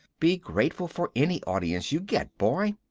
be grateful for any audience you get, boy.